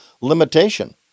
limitation